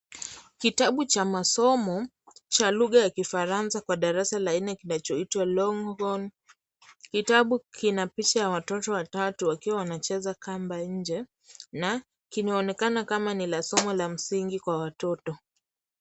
Kitabu cha masomo cha lugha ya Kifaransa kwa darasa la nne kinachoitwa, Longhorn. Kitabu kina picha ya watoto watatu wakiwa wanacheza kamba nje na kinaonekana kama ni la somo la msingi kwa watoto.